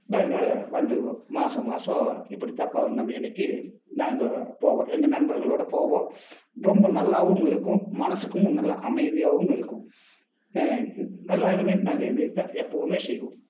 நாங்கள் வந்துடுவோம் மாதம் மாதம் இப்படி தான் பௌர்ணமி அன்னைக்கு நாங்கள் போவோம் எங்கள் நண்பர்களோடு போவோம் ரொம்ப நல்லாவும் இருக்கும் மனசுக்கும் நல்ல அமைதியாகவும் இருக்கும் எல்லோருமே நாங்கள் இதையேதான் எப்பவும் செய்வோம்